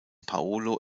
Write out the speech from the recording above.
paulo